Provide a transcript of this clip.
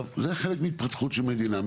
זה חלק מהתפתחות של מדינה.